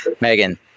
Megan